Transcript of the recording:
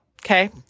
Okay